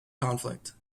conflict